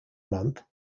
month